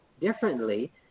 differently